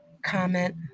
comment